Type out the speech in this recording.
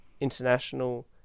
international